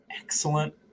Excellent